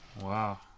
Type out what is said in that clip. Wow